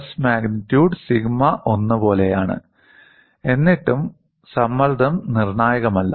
stress magnitude sigma 1 പോലെയാണ് എന്നിട്ടും സമ്മർദ്ദം നിർണായകമല്ല